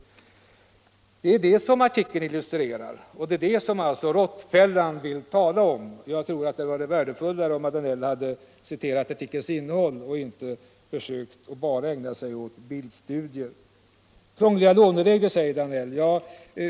Det är detta artikeln illustrerar och som alltså avses med råttfällan. Jag tror att det hade varit värdefullare om herr Danell hade citerat artikelns innehåll och inte bara ägnat sig åt bildstudier. Herr Danell talar om krångliga låneregler.